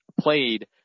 played